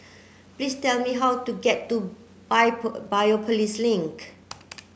please tell me how to get to Biopolis Link